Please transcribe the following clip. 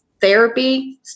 therapy